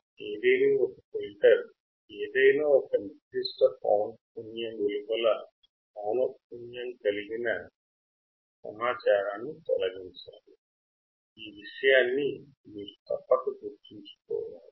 ideal filter నిర్దిష్ట పౌనఃపున్యం వెలుపల గల పౌనఃపున్యాలలో ఉన్న మొత్తం సమాచారాన్ని తొలగించాలి